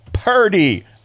Purdy